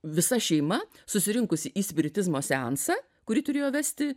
visa šeima susirinkusi į spiritizmo seansą kurį turėjo vesti